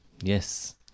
Yes